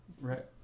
Right